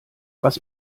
was